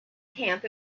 camp